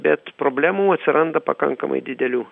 bet problemų atsiranda pakankamai didelių